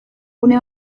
gune